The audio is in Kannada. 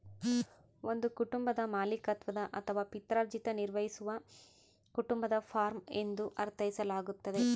ಒಂದು ಕುಟುಂಬದ ಮಾಲೀಕತ್ವದ ಅಥವಾ ಪಿತ್ರಾರ್ಜಿತ ನಿರ್ವಹಿಸುವ ಕುಟುಂಬದ ಫಾರ್ಮ ಎಂದು ಅರ್ಥೈಸಲಾಗ್ತತೆ